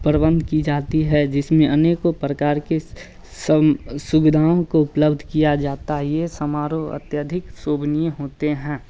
प्रबंध की जाती है जिसमें अनेकों प्रकार के सभी सुविधाओं को उपलब्ध किया जाता है यह समारोह अत्यधिक शोभनीय होते हैं